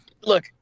look